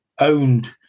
owned